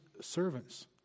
servants